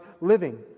living